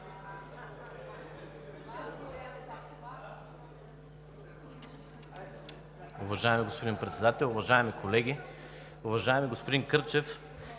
Уважаеми господин Председател, уважаеми колеги! Уважаеми господин Кърчев,